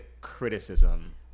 criticism